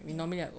ya